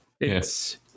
yes